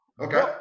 Okay